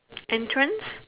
entrance